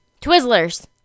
Twizzlers